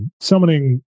Summoning